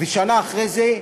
שנה אחרי זה,